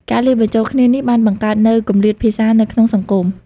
ការលាយបញ្ចូលគ្នានេះបានបង្កើតនូវគម្លាតភាសានៅក្នុងសង្គម។